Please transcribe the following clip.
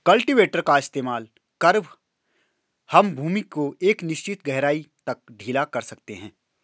cultivator का इस्तेमाल कर हम भूमि को एक निश्चित गहराई तक ढीला कर सकते हैं